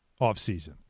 offseason